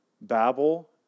Babel